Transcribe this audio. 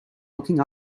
looking